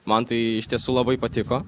man tai iš tiesų labai patiko